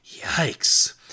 yikes